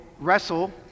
wrestle